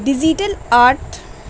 digital art